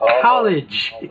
college